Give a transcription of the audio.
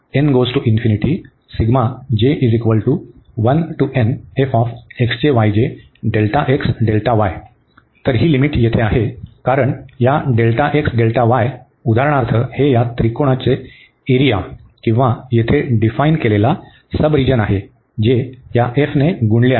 तर ही लिमिट येथे आहे कारण या उदाहरणार्थ हे या त्रिकोणाचे एरिया किंवा येथे डिफाईन केलेला सबरिजन आहे जे या f ने गुणले आहे